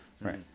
Right